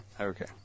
Okay